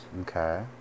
Okay